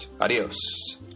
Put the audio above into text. Adios